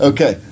Okay